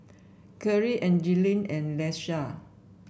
Kyrie Angeline and Leisha